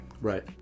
right